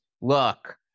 look